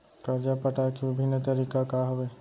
करजा पटाए के विभिन्न तरीका का हवे?